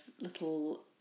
little